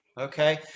Okay